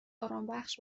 آرامشبخش